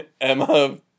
Emma